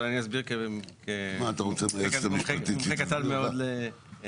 אבל אני אסביר, מומחה קטן מאוד לאנרגיה.